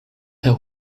per